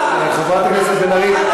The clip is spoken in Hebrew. חברת הכנסת בן ארי,